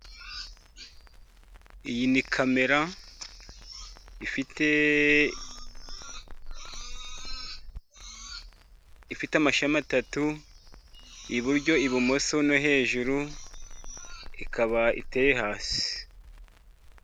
Iyi ni kamera ifite amashami atatu. Iburyo, ibumoso no hejuru ikaba iteye hasi.